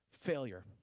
failure